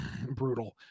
brutal